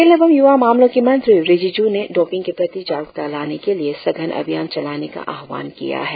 खेल एवं यूवा मामलों के मंत्री रिजिजू ने डोपिंग के प्रति जागरुकता लाने के लिए सघन अभियान चलाने का आह्वान किया है